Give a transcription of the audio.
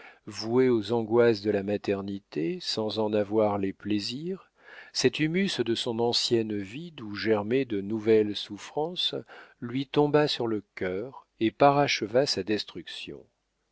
vouée aux angoisses de la maternité sans en avoir les plaisirs cet humus de son ancienne vie d'où germaient de nouvelles souffrances lui tomba sur le cœur et paracheva sa destruction